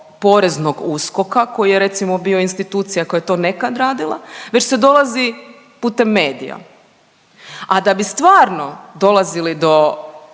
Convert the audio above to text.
preko PNUSKOK-a koji je recimo bio institucija koja je to nekad radila, već se dolazi putem medija. A da bi stvarno dolazili do